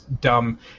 dumb